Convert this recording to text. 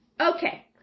Okay